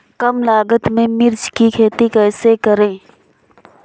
कम लागत में मिर्च की खेती कैसे करूँ?